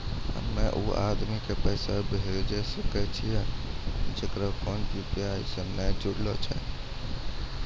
हम्मय उ आदमी के पैसा भेजै सकय छियै जेकरो फोन यु.पी.आई से नैय जूरलो छै?